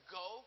go